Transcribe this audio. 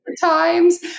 times